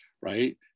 right